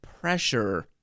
pressure